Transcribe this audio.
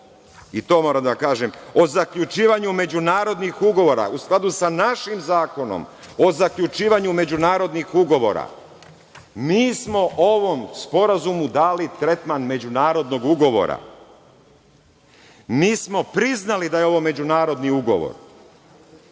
skladu sa Zakonom o zaključivanju međunarodnih ugovora, u skladu sa našim Zakonom o zaključivanju međunarodnih ugovora. Mi smo ovom Sporazumu dali tretman međunarodnog ugovora. Mi smo priznali da je ovo međunarodni ugovor. Ovaj